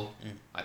mm